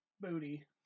Booty